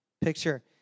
Picture